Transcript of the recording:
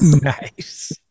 Nice